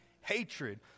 hatred